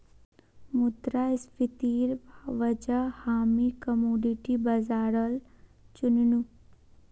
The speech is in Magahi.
मुद्रास्फीतिर वजह हामी कमोडिटी बाजारल चुन नु